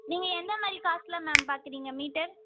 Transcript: நீங்கள் எந்தமாதிரி காஸ்ட்டில் மேம் பார்க்குறீங்க மீட்டர்